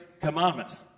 commandment